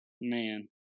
Man